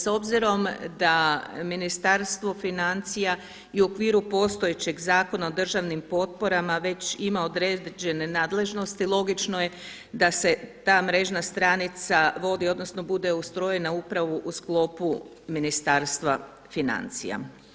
S obzirom da Ministarstvo financija je u okviru postojećeg Zakona o državnim potporama već ima određene nadležnosti logično je da se ta mrežna stranica vodi odnosno bude ustrojena upravo u sklopu Ministarstva financija.